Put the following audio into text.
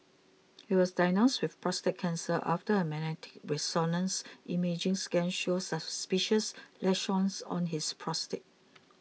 he was diagnosed with prostate cancer after a magnetic resonance imaging scan showed suspicious lesions on his prostate